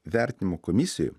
vertinimo komisijoj